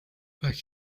but